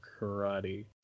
karate